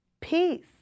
peace